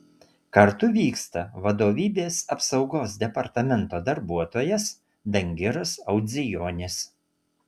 kartu vyksta vadovybės apsaugos departamento darbuotojas dangiras audzijonis